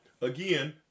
again